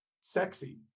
sexy